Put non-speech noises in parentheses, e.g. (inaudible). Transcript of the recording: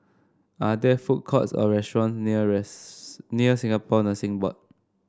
are there food courts or restaurant near (unintelligible) near Singapore Nursing Board